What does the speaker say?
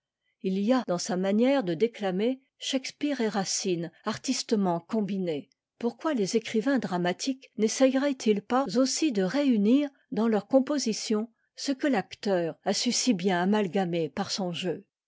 il y a dans sa manière de déclamer shaks peare et racine artistement combinés pourquoi les écrivains dramatiques nessayeraient ils pas aussi de réunir dans leurs compositions ce que l'acteur a su si bien amalgamer par son jeu